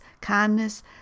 kindness